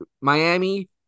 Miami